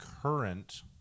current